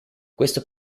questo